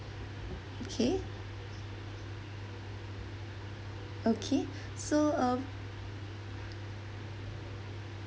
okay okay so um